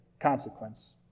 consequence